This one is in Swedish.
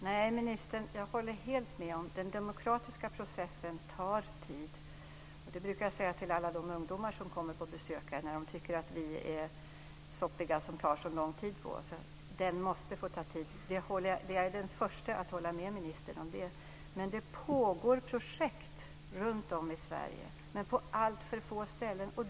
Fru talman! Jag håller helt med om att den demokratiska processen tar tid, ministern. Det brukar jag säga till alla de ungdomar som kommer hit på besök när de tycker att vi är soppiga som tar så lång tid på oss. Den processen måste få ta tid - det är jag den första att hålla med ministern om. Det pågår projekt runtom i Sverige, men på alltför få ställen.